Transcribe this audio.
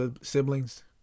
siblings